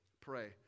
pray